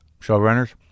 Showrunners